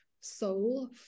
soul